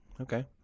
Okay